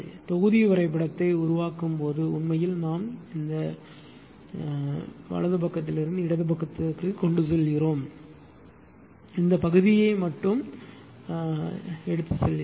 தொகுதி வரைபடத்தை உருவாக்கும்போது உண்மையில் நாம் இந்த வலது வலது பக்கத்தில் இருந்து இடது பக்கத்திற்கு கொண்டு செல்கிறோம் இந்த பகுதியை மட்டும் இந்த பகுதிக்கு எடுத்துச் சென்றோம்